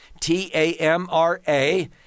T-A-M-R-A